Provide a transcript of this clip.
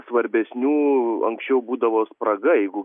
svarbesnių anksčiau būdavo spraga jeigu